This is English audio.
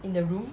in the room